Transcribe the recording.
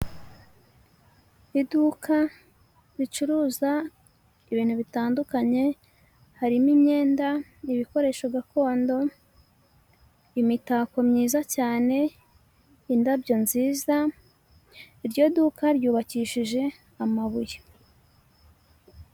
Iduka ricuruza ibintu bitandukanye harimo imyenda ibikoresho gakondo, imitako myiza cyane, indabyo nziza, iryo duka ryubakishije amabuye.